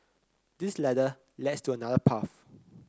this ladder to another path